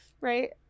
Right